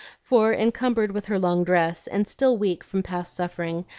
for, encumbered with her long dress, and still weak from past suffering,